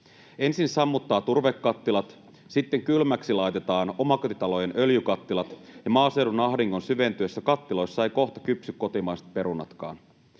ensin sammuttaa turvekattilat, sitten kylmäksi laitetaan omakotitalojen öljykattilat, ja maaseudun ahdingon syventyessä kattiloissa eivät kohta kypsy kotimaiset perunatkaan.